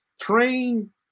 train